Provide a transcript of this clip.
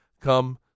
come